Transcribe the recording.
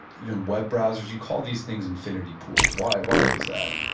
even web browsers, you call these things infinity pools. why why is that?